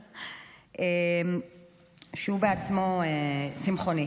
שהוא בעצמו צמחוני.